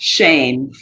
Shame